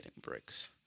bricks